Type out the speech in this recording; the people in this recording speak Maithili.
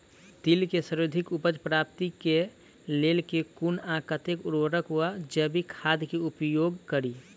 तिल केँ सर्वाधिक उपज प्राप्ति केँ लेल केँ कुन आ कतेक उर्वरक वा जैविक खाद केँ उपयोग करि?